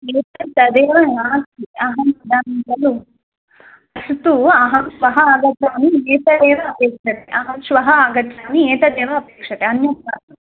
एतद् तदेव नास्ति अहं वदामि खलु पश्यतु अहं श्वः आगच्छामि एतदेव अपेक्षते अहं श्वः आगच्छामि एतदेव अपेक्षते अन्यद् मास्तु